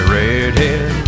redhead